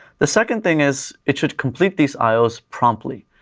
the second thing is, it should complete these ios promptly.